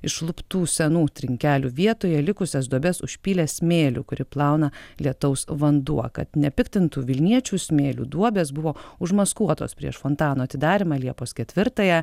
išluptų senų trinkelių vietoje likusias duobes užpylė smėliu kurį plauna lietaus vanduo kad nepiktintų vilniečių smėliu duobės buvo užmaskuotos prieš fontano atidarymą liepos ketvirtąją